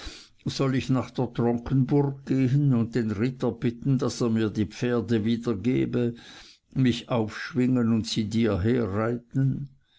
soll ich nach der tronkenburg gehen und den ritter bitten daß er mir die pferde wiedergebe mich aufschwingen und sie dir